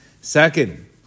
Second